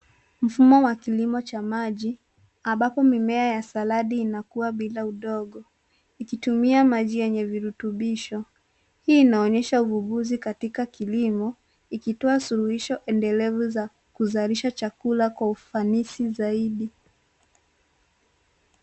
Mfumo wa kilimo cha maji ambapo mimea ya saladi inakua bila udongo ikitumia maji yenye virutubisho. Hii inaonyesha ufufuzi katika kilimo ikitoa suluhisho endelevu za kuzalisha chakula kwa ufanisi zaidi.